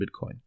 Bitcoin